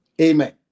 Amen